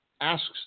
asks